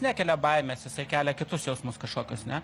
nekelia baimės jisai kelia kitus jausmus kažkokius ane